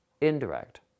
indirect